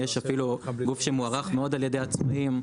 יש גוף שמוערך מאוד על ידי הצדדים,